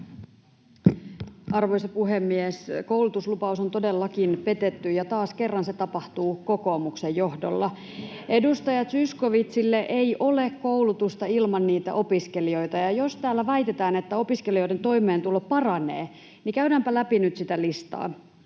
Arvoisa puhemies! Koulutuslupaus on todellakin petetty, ja taas kerran se tapahtuu kokoomuksen johdolla. Edustaja Zyskowiczille: ei ole koulutusta ilman niitä opiskelijoita. Jos täällä väitetään, että opiskelijoiden toimeentulo paranee, niin käydäänpä nyt läpi sitä listaa.